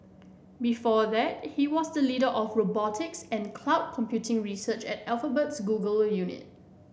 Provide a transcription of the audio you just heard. before that he was the leader of robotics and cloud computing research at Alphabet's Google unit